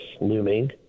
looming